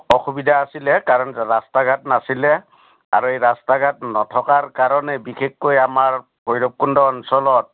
অসুবিধা আছিলে কাৰণ ৰাস্তা ঘাট নাছিলে আৰু এই ৰাস্তা ঘাট নথকাৰ কাৰণে বিশেষকৈ আমাৰ ভৈৰৱকুণ্ড অঞ্চলত